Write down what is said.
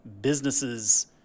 businesses